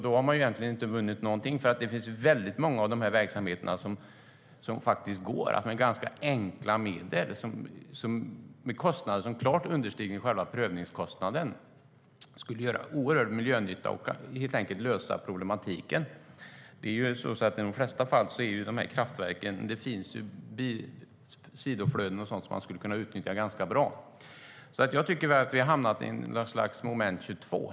Då har man inte vunnit någonting, för det finns många verksamheter där man med enkla medel och till kostnader som klart understiger själva prövningskostnaden skulle kunna göra oerhört stor miljönytta och helt enkelt lösa problematiken. I de flesta fall finns det sidoflöden och sådant som man skulle kunna utnyttja ganska bra i de här kraftverken. Jag tycker att vi har hamnat i något slags moment 22.